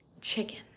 chicken